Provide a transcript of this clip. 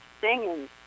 singing